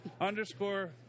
underscore